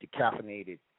decaffeinated